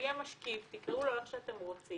שיהיה משקיף, תקראו לו איך שאתם רוצים.